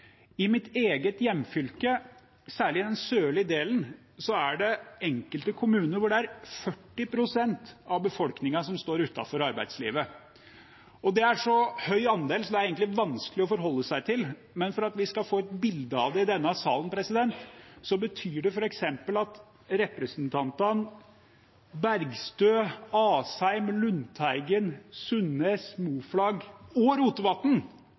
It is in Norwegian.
I mitt eget hjemfylke, særlig i den sørlige delen, er det enkelte kommuner hvor det er 40 pst. av befolkningen som står utenfor arbeidslivet. Det er en så høy andel at det egentlig er vanskelig å forholde seg til, men for at vi skal få et bilde av det i denne salen, betyr det at f.eks. representantene Bergstø, Asheim, Lundteigen, Sundnes, Moflag og Rotevatn